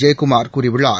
ஜெயக்குமார் கூறியுள்ளார்